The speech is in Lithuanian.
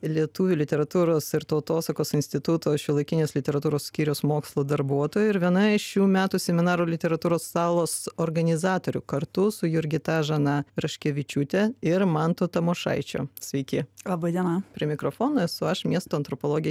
lietuvių literatūros ir tautosakos instituto šiuolaikinės literatūros skyriaus mokslo darbuotojų ir viena iš šių metų seminaro literatūros salos organizatorių kartu su jurgita žana raškevičiūte ir mantu tamošaičiu sveiki laba diena prie mikrofono esu aš miesto antropologė